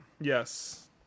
yes